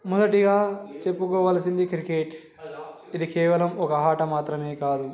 మొదటిగా చెప్పుకోవలసింది క్రికెట్ ఇది కేవలం ఒక ఆట మాత్రమే కాదు